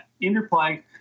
Interplay